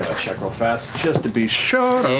check real fast just to be sure.